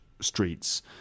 streets